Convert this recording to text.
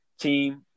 team